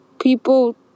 people